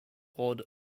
god